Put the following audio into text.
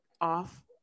off